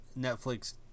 Netflix